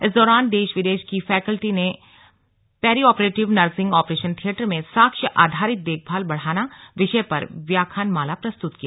इस दौरान देश विदेश की फैकल्टी ने पेरिऑपरेटिव नर्सिंग ऑपरेशन थियेटर में साक्ष्य आधारित देखभाल बढ़ाना विषय पर व्याखानमाला प्रस्तुत किया